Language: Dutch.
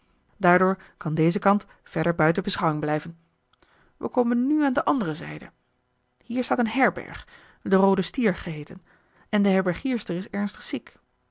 daardoor kan deze kant verder buiten beschouwing blijven wij komen nu aan de andere zijde hier staat een herberg de roode stier geheeten en de herbergierster is ernstig ziek